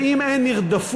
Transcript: ואם אין נרדפות,